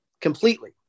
completely